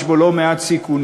יש בו לא מעט סיכונים.